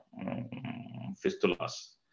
fistulas